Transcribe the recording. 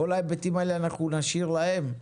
כל ההיבטים האלה אנחנו נשאיר להם.